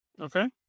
Okay